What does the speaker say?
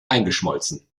eingeschmolzen